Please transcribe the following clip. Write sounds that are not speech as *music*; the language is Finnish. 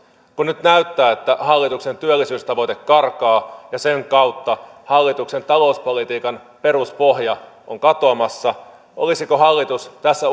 kun nyt näyttää että hallituksen työllisyystavoite karkaa ja sen kautta hallituksen talouspolitiikan peruspohja on katoamassa olisiko hallitus tässä *unintelligible*